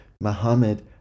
Muhammad